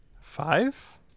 five